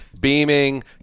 beaming